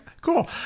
Cool